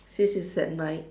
since it's at night